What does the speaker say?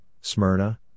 Smyrna